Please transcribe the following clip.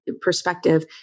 perspective